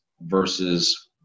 versus